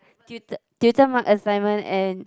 tutor marked assignment and